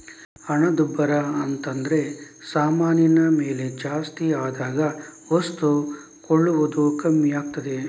ಹಣದುಬ್ಬರ ಅಂತದ್ರೆ ಸಾಮಾನಿನ ಬೆಲೆ ಜಾಸ್ತಿ ಆದಾಗ ವಸ್ತು ಕೊಳ್ಳುವುದು ಕಮ್ಮಿ ಆಗ್ತದೆ